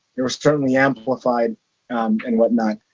there were certainly amplified and whatnot.